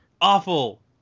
awful